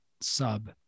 sub